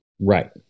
right